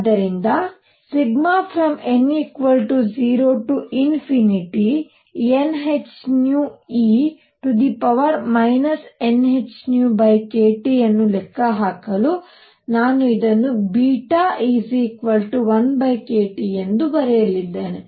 ಆದ್ದರಿಂದ n0nhνe nhνkT ಅನ್ನು ಲೆಕ್ಕಹಾಕಲು ನಾನು ಇದನ್ನು β1kT ಎಂದು ಬರೆಯಲಿದ್ದೇನೆ